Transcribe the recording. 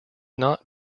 not